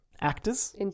actors